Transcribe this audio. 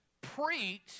preach